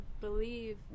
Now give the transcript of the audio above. believe